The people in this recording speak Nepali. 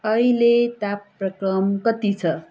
अहिले तापक्रम कति छ